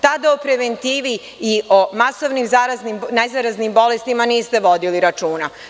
Tada o preventivi i o masovnim ne zaraznim bolestima niste vodili računa.